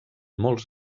molts